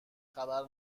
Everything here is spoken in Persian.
خبر